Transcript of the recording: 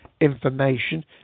information